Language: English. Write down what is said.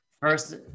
first